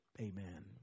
Amen